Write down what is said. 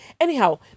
Anyhow